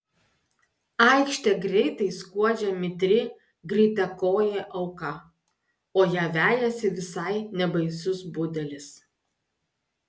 aikšte greitai skuodžia mitri greitakojė auka o ją vejasi visai nebaisus budelis